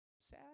sad